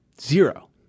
Zero